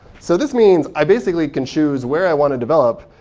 so this means i basically can choose where i want to develop,